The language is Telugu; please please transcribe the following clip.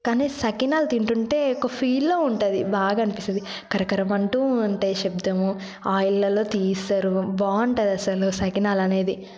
కానీ సకినాలు తింటుంటే ఒక ఫీల్లా ఉంటుంది బాగా అనిపిస్తుంది కరకరమంటూ ఉంటాయి అంటే శబ్దము ఆయిలలో తీస్తారు బాగుంటుంది అసలు సకినాలు అనేది